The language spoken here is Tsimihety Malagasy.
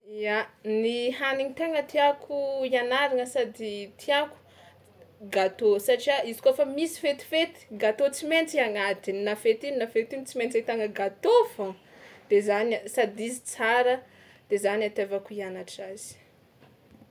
Ia, ny hanigny tegna tiàko ianaragna sady tiàko: gâteau, satria izy kaofa misy fetifety gâteau tsy maintsy agnatiny, na fety ino na fety ino tsy maintsy ahitana gâteau fao, de zany sady izy tsara de zany atiavako hianatra azy.